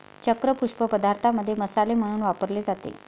चक्र पुष्प पदार्थांमध्ये मसाले म्हणून वापरले जाते